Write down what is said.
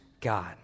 God